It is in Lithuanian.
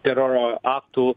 teroro aktų